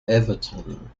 everton